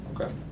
Okay